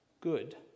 good